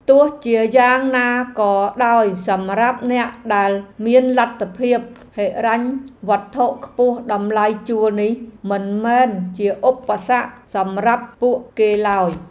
ទោះជាយ៉ាងណាក៏ដោយសម្រាប់អ្នកដែលមានលទ្ធភាពហិរញ្ញវត្ថុខ្ពស់តម្លៃជួលនេះមិនមែនជាឧបសគ្គសម្រាប់ពួកគេឡើយ។